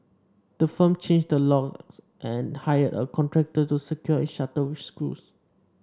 the firm changed the lock and hired a contractor to secure its shutter with screws